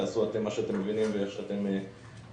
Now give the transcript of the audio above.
תעשו מה שאתם מבינים ואיך שאתם יודעים